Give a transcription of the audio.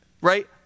right